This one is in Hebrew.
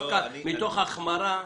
מתוך החמרה,